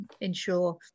ensure